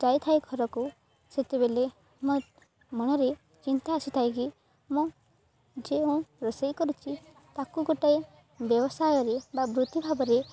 ଯାଇଥାଏ ଘରକୁ ସେତେବେଳେ ମୋ ମନରେ ଚିନ୍ତା ଆସିଥାଏ କିି ମୁଁ ଯେଉଁ ମୁଁ ରୋଷେଇ କରିଛି ତାକୁ ଗୋଟଏ ବ୍ୟବସାୟରେ ବା ବୃତ୍ତିି ଭାବରେ